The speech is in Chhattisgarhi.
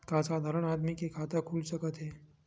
का साधारण आदमी के खाता खुल सकत हे?